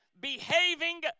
Behaving